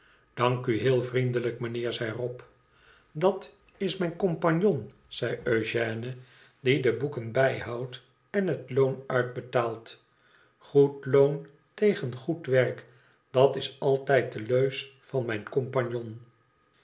dank u heel vriendelijk meneer zei rob dat is mijn compagnon zei eugène i die de boeken bijhoudt en het loon uitbetaalt goed loon tegen goed werk dat is altijd de leus van mijn compagnon